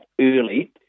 early